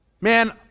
Man